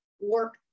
work